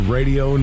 Radio